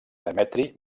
demetri